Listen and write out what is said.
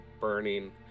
burning